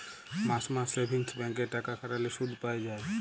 মাস মাস savings bank এ টাকা খাটাল্যে শুধ পাই যায়